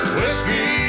Whiskey